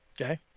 Okay